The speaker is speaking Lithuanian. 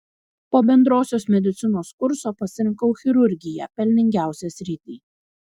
po bendrosios medicinos kurso pasirinkau chirurgiją pelningiausią sritį